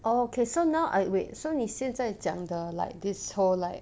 oh okay so now I wait so 你现在讲的 like this whole like